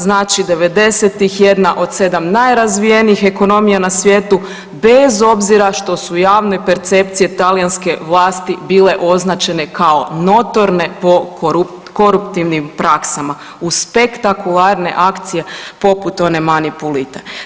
Znači 90-tih jedna od 7 najrazvijenijih ekonomija na svijetu bez obzira što su javne percepcije talijanske vlasti bile označene kao notorne po koruptivnim praksama u spektakularne akcije poput one manipulite.